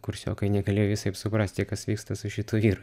kursiokai negalėjo visaip suprasti kas vyksta su šituo vyru